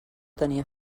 tenia